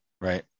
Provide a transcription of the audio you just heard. Right